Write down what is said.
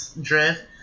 drift